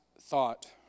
thought